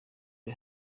ari